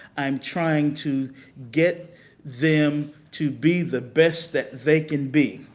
i'm trying to get them to be the best that they can be.